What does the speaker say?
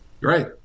Right